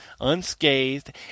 unscathed